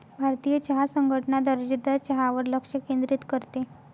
भारतीय चहा संघटना दर्जेदार चहावर लक्ष केंद्रित करते